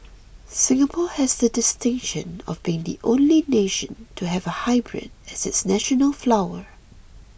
Singapore has the distinction of being the only nation to have a hybrid as its national flower